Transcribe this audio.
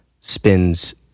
spins